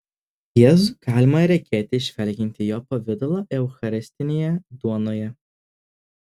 jėzų galima regėti žvelgiant į jo pavidalą eucharistinėje duonoje